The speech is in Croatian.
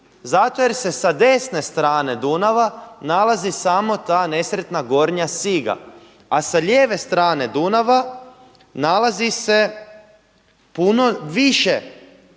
Zato jer se sa desne strane Dunava nalazi samo ta nesretna gornja Siga, a sa lijeve strane Dunava nalazi se puno više